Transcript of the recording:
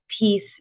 piece